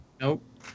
Nope